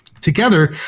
together